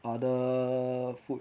other food